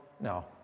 No